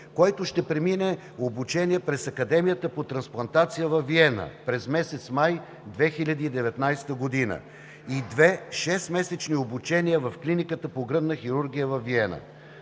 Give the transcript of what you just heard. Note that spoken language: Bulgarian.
който ще премине обучение през Академията по трансплантация във Виена през месец май 2019 г. и две шестмесечни обучения в Клиниката по гръдна хирургия във Виена.